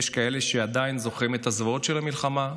יש כאלה שעדיין זוכרים את הזוועות של המלחמה,